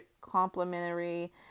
complementary